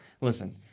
listen